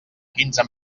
quinze